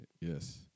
Yes